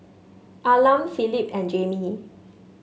Arlan Philip and Jammie